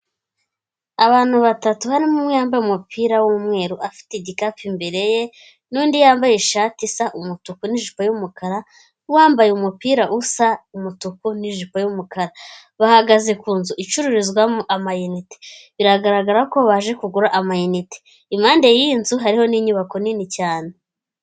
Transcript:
Abantu batatu harimo umwe yambaye umupira w'umweru afite igikapu imbere ye n'undi yambaye ishati isa umutuku n'ijipo y'umukara, n'uwambaye umupira usa umutuku n'ijipo y'umukara, bahagaze ku nzu icururizwamo amayinite biragaragara ko baje kugura amayinite. Impande y'iyi nzu hariho n'inyubako nini cyane.